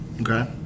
okay